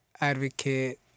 advocate